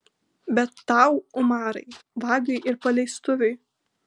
bet tau umarai vagiui ir paleistuviui